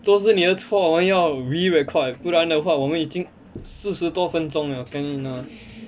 都是你的错我们要 re record 不然的话我们已经四十多分钟了 ka ni na